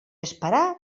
esperar